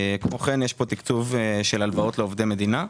כמו כן יש כאן תקצוב של הלוואות לעובדי מדינה.